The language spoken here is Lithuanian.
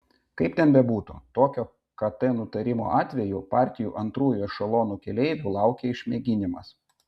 kaip ten bebūtų tokio kt nutarimo atveju partijų antrųjų ešelonų keleivių laukia išmėginimas